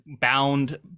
bound